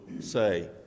say